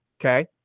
Okay